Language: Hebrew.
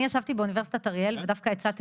אני ישבתי באוניברסיטת אריאל ודווקא הצעתי